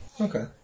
Okay